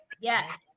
Yes